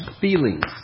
feelings